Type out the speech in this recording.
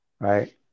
right